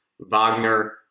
Wagner